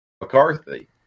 McCarthy